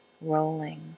rolling